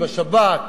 בשב"כ,